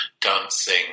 dancing